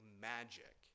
magic